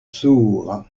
sourd